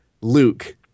luke